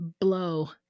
blow